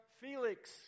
Felix